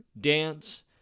dance